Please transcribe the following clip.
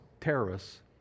terrorists